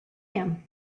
him